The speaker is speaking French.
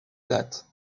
date